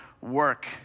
work